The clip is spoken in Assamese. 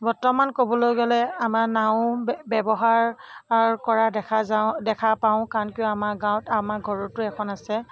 বৰ্তমান ক'বলৈ গ'লে আমাৰ নাও ব্যৱহাৰ কৰা দেখা যাওঁ দেখা পাওঁ কাৰণ কিয় আমাৰ গাঁওত আমাৰ ঘৰতো এখন আছে